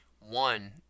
One